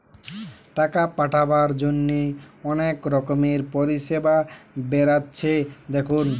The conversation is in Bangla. টাকা পাঠাবার জন্যে অনেক রকমের পরিষেবা বেরাচ্ছে দেখুন